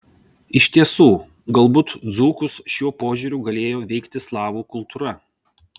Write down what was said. iš tiesų galbūt dzūkus šiuo požiūriu galėjo veikti slavų kultūra